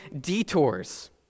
detours